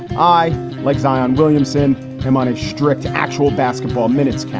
i like zion williamson i'm on a strict actual basketball minutes,